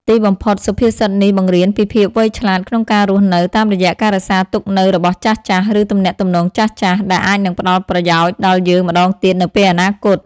ទីបំផុត សុភាសិតនេះបង្រៀនពីភាពវៃឆ្លាតក្នុងការរស់នៅ តាមរយៈការរក្សាទុកនូវរបស់ចាស់ៗ ឬទំនាក់ទំនងចាស់ៗ ដែលអាចនឹងផ្តល់ប្រយោជន៍ដល់យើងម្តងទៀតនៅពេលអនាគត។